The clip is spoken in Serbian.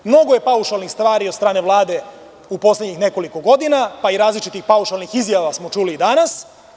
Mnogo je paušalnih stvari od strane Vlade u poslednjih nekoliko godina, pa i različitih paušalnih izjava smo čuli i danas.